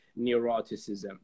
neuroticism